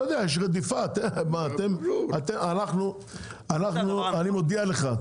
אני מודיע לך,